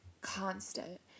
constant